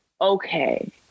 okay